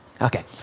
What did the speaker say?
Okay